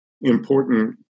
important